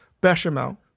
bechamel